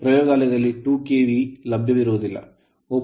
ಪ್ರಯೋಗಾಲಯದಲ್ಲಿ 2 ಕೆವಿ ಲಭ್ಯವಿಲ್ಲದಿರಬಹುದು